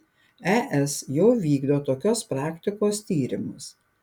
es jau vykdo tokios praktikos tyrimus